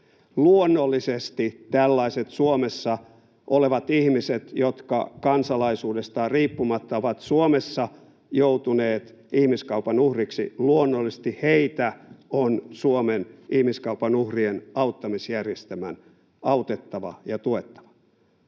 Luonnollisesti tällaisia Suomessa olevia ihmisiä, jotka — kansalaisuudestaan riippumatta — ovat Suomessa joutuneet ihmiskaupan uhreiksi, on Suomen ihmiskaupan uhrien auttamisjärjestelmän autettava ja tuettava.